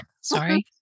Sorry